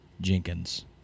jenkins